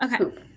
Okay